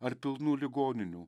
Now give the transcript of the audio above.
ar pilnų ligoninių